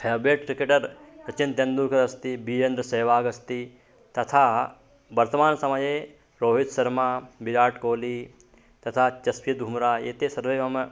favourite cricketer सचिनतेन्दुल्करः अस्ति विरेन्द्रसेवाग् अस्ति तथा वर्तमानसमये रोहितसर्मा विराटकोलि तथा चस्पिधुम्रा एते सर्वे मम